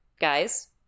guys